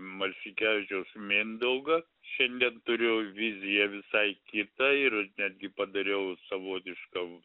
marcinkevičiaus mindaugą šiandien turiu viziją visai kitą ir netgi padariau savotišką